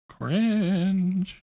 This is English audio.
Cringe